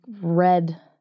red